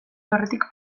aurretik